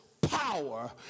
power